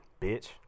Bitch